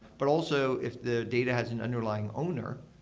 but also, if the data has an underlying owner,